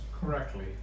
correctly